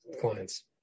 clients